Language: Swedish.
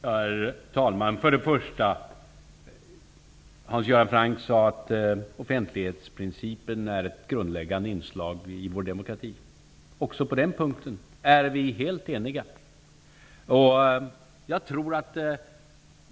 Herr talman! Hans Göran Franck sade att offentlighetsprincipen är ett grundläggande inslag i vår demokrati. Också på denna punkt är vi helt eniga.